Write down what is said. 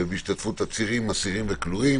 בהשתתפות עצירים, אסירים וכלואים